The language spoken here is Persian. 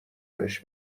بهش